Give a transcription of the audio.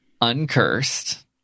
uncursed